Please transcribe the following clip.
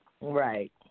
Right